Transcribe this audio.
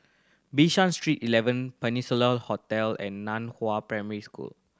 Bishan Street Eleven Peninsula Hotel and Nan Hua Primary School